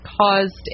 caused